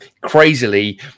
crazily